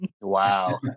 Wow